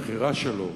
הבחירה שלו,